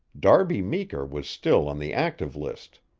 darby meeker was still on the active list.